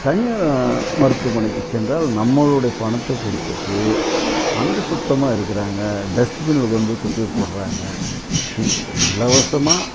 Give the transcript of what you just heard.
தனியார் மருத்துவமனைக்கு சென்றால் நம்மளுடைய பணத்தை கொடுத்துட்டு அங்கே சுத்தமாக இருக்கிறாங்க டஸ்ட்பின்னில் கொண்டு போய் குப்பையை போடுகிறாங்க இ இலவசமாக